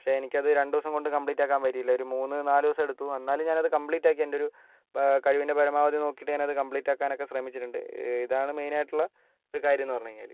പക്ഷേ എനിക്കത് രണ്ടു ദിവസം കൊണ്ട് കംപ്ലീറ്റ് ആക്കാൻ പറ്റിയില്ല ഒരു മൂന്ന് നാല് ദിവസം എടുത്തു എന്നാലും ഞാൻ അത് കംപ്ലീറ്റാക്കി എൻ്റെ ഒരു കഴിവിൻ്റെ പരമാവധി നോക്കിയിട്ട് ഞാനത് കംപ്ലീറ്റ് ആക്കാൻ ഒക്കെ ശ്രമിച്ചിട്ടുണ്ട് ഇതാണ് മെയിനായിട്ടുള്ള ഒരു കാര്യം എന്ന് പറഞ്ഞ് കഴിഞ്ഞാല്